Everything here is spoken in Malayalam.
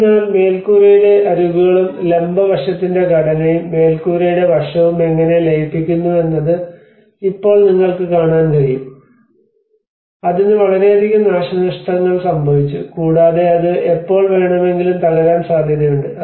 അതിനാൽ മേൽക്കൂരയുടെ അരികുകളും ലംബ വശത്തിന്റെ ഘടനയും മേൽക്കൂരയുടെ വശവും എങ്ങനെ ലയിപ്പിക്കുന്നുവെന്നത് ഇപ്പോൾ നിങ്ങൾക്ക് കാണാൻ കഴിയും അതിന് വളരെയധികം നാശനഷ്ടങ്ങൾ സംഭവിച്ചു കൂടാതെ അത് എപ്പോൾ വേണമെങ്കിലും തകരാൻ സാധ്യതയുണ്ട്